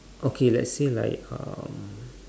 okay let's say like um